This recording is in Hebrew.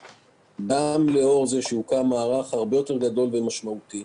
גם לאור זה שהוקם מערך הרבה יותר גדול ומשמעותי,